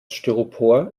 styropor